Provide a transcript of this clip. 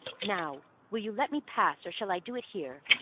now, will you let me pass or shall i do it here?